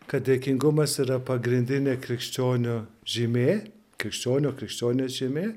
kad dėkingumas yra pagrindinė krikščionio žymė krikščionio krikščionės žymė